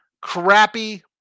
crappy